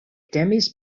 temis